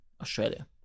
Australia